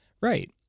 right